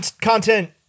content